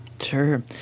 Sure